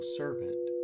servant